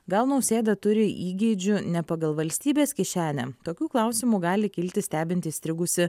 gal nausėda turi įgeidžių ne pagal valstybės kišenę tokių klausimų gali kilti stebint įstrigusį